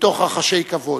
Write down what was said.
מתוך רחשי כבוד.